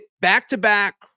back-to-back